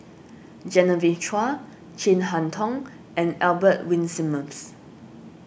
Genevieve Chua Chin Harn Tong and Albert Winsemius